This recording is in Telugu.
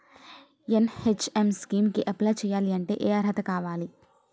ఎన్.హెచ్.ఎం స్కీమ్ కి అప్లై చేయాలి అంటే ఏ అర్హత కావాలి?